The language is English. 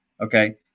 Okay